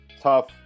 tough